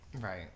right